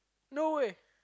no way